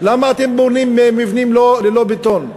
למה אתם בונים מבנים ללא בטון?